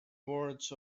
words